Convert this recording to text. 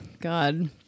God